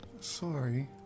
Sorry